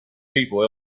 people